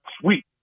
sweet